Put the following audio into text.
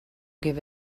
give